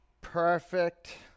perfect